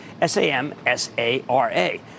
S-A-M-S-A-R-A